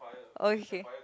okay